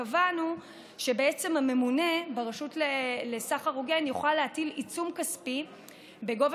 וקבענו שהממונה ברשות לסחר הוגן יוכל להטיל עיצום כספי בגובה